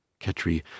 Ketri